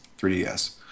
3DS